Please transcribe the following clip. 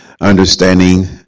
understanding